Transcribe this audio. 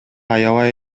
аябай